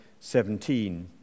17